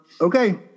Okay